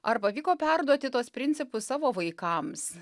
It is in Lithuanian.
ar pavyko perduoti tuos principus savo vaikams